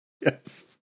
Yes